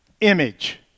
image